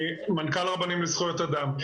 מנכ"ל רבנים לזכויות אדם.